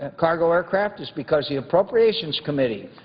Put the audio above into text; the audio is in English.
ah cargo aircraft is because the appropriations committee,